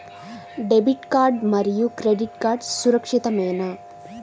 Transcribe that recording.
Debit card మరియు credit card సురక్షితమేనా?